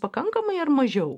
pakankamai ar mažiau